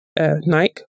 Nike